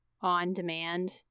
on-demand